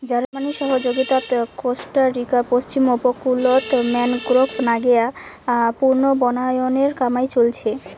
জার্মানির সহযগীতাত কোস্টারিকার পশ্চিম উপকূলত ম্যানগ্রোভ নাগেয়া পুনর্বনায়নের কামাই চইলছে